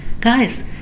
guys